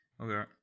okay